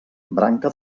branca